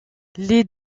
les